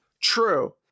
True